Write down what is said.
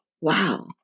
wow